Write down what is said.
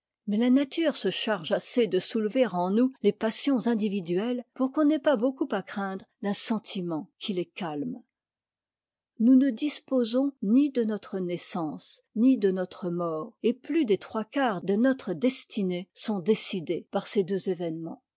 mais la nature se charge assez de soulever en nous les passions individuelles pour qu'on n'ait pas beaucoup à craindre d'un sentiment qui les calme nous ne disposons ni de notre naissance ni de notre mort et plus des trois quarts de notre destinée sont décidés par ces deux événements